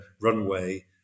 runway